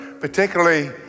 particularly